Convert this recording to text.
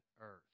earth